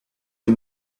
you